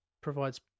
provides